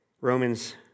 Romans